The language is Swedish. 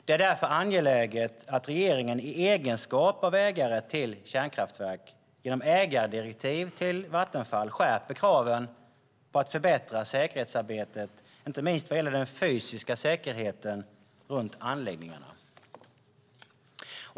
Det är därför angeläget att regeringen i egenskap av ägare till kärnkraftverk genom ägardirektiv till Vattenfall skärper kraven på att förbättra säkerhetsarbetet, inte minst vad gäller den fysiska säkerheten runt anläggningarna.